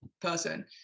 person